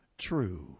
true